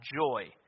joy